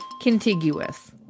contiguous